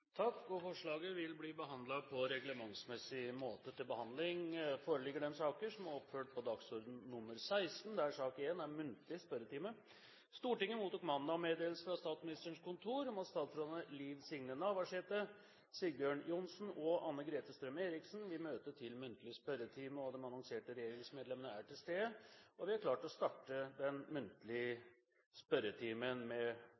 Forslaget vil bli behandlet på reglementsmessig måte. Stortinget mottok mandag meddelelse fra Statsministerens kontor om at statsrådene Liv Signe Navarsete, Sigbjørn Johnsen og Anne-Grete Strøm-Erichsen vil møte til muntlig spørretime. De annonserte regjeringsmedlemmene er til stede, og vi er klare til å starte den muntlige spørretimen. Vi starter da med